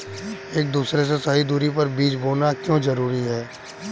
एक दूसरे से सही दूरी पर बीज बोना क्यों जरूरी है?